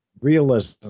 realism